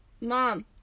mom